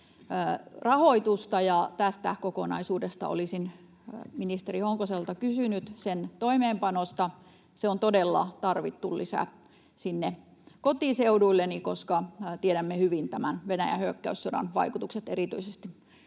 Itä-Suomeen. Tästä kokonaisuudesta olisin kysynyt ministeri Honkoselta sen toimeenpanosta. Se on todella tarvittu lisä sinne kotiseudulleni, koska tiedämme hyvin tämän Venäjän hyökkäyssodan vaikutukset erityisesti